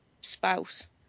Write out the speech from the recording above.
spouse